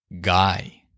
Guy